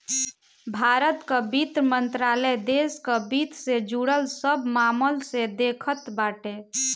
भारत कअ वित्त मंत्रालय देस कअ वित्त से जुड़ल सब मामल के देखत बाटे